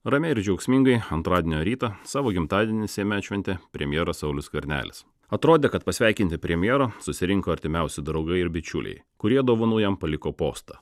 ramiai ir džiaugsmingai antradienio rytą savo gimtadienį seime atšventė premjeras saulius skvernelis atrodė kad pasveikinti premjero susirinko artimiausi draugai ir bičiuliai kurie dovanų jam paliko postą